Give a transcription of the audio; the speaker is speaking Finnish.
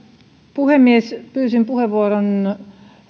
puhemies pyysin puheenvuoron